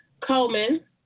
Coleman